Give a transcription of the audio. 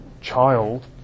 child